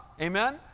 Amen